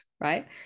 right